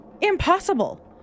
impossible